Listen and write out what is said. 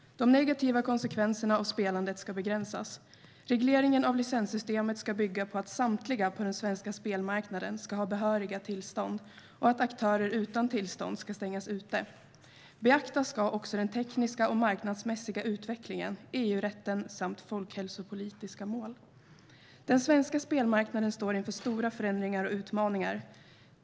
De negativa konsekvenserna av spelandet ska begränsas. Regleringen av licenssystemet ska bygga på att samtliga på den svenska spelmarknaden ska ha behöriga tillstånd och att aktörer utan tillstånd ska stängas ute. Beaktas ska också den tekniska och marknadsmässiga utvecklingen, EU-rätten samt folkhälsopolitiska mål. Den svenska spelmarknaden står inför stora förändringar och utmaningar.